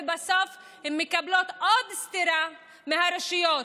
ובסוף הן מקבלות עוד סטירה מהרשויות.